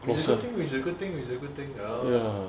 it's a good thing it's a good thing it's a good thing